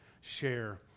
share